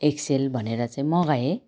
XL भनेर चाहिँ मगाएँ